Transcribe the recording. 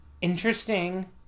interesting